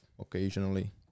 occasionally